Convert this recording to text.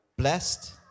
Blessed